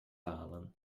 dalen